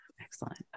Excellent